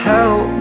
Help